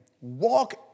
walk